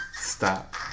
Stop